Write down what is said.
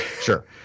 Sure